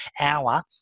hour